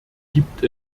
gibt